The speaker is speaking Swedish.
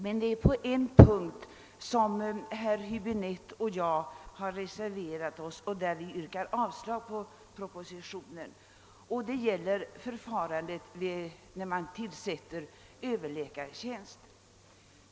Men på en punkt har herr Höäbinette och jag reserverat oss och yrkat avslag på propositionen, och det gäller förfarandet vid tillsättande av överläkartjänster.